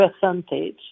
percentage